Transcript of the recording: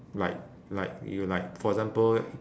like like you like for example